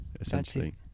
essentially